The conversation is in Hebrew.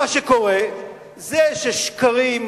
מה שקורה זה ששקרים,